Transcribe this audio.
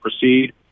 proceed